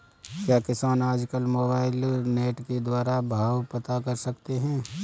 क्या किसान आज कल मोबाइल नेट के द्वारा भाव पता कर सकते हैं?